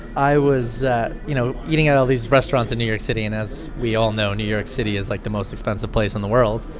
i was, you know, eating at all these restaurants in new york city. and as we all know, new york city is, like, the most expensive place in the world.